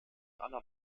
aller